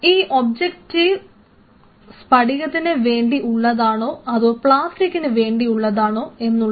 ഈ ഒബ്ജക്ടീവ് സ്ഫടികതത്തിന് വേണ്ടി ഉള്ളതാണോ അതോ പ്ലാസ്റ്റിക്കിന് വേണ്ടിയുള്ളതാണോ എന്നുള്ളത്